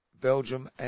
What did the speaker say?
Belgium